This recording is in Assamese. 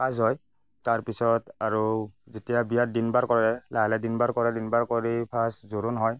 কাজ হয় তাৰপিছত আৰু যেতিয়া বিয়াৰ দিন বাৰ কৰে লাহে লাহে দিন বাৰ কৰে দিন বাৰ কৰি ফাৰ্ষ্ট জোৰোণ হয়